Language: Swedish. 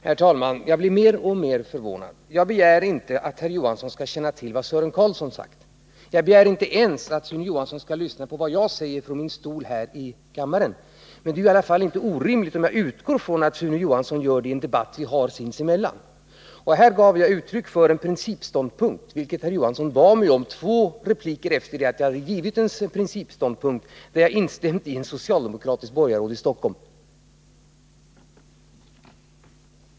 Herr talman! Jag blir mer och mer förvånad. Jag begär inte att herr Sune Johansson skall känna till vad Sören Carlson sagt. Jag begär inte ens att Sune Johansson skall lyssna på vad jag säger från min stol här i kammaren, men det är väl i alla fall inte orimligt om jag utgår från att Sune Johansson gör det i den debatt som vi två har. Här gav jag uttryck för en principståndpunkt, vilket herr Johansson bad mig om, två repliker efter det att jag redan hade angivit min principiella ståndpunkt, där jag instämde i vad ett socialdemokratiskt borgarråd i Stockholm sagt.